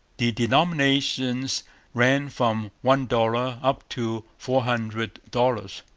the denominations ran from one dollar up to four hundred dollars.